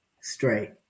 straight